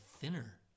thinner